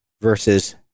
versus